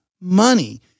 money